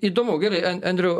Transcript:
įdomu gerai an andriau